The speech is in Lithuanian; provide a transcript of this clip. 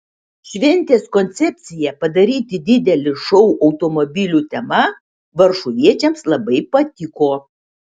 šventės koncepcija padaryti didelį šou automobilių tema varšuviečiams labai patiko